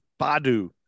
Badu